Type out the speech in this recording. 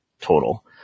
total